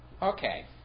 Okay